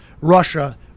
Russia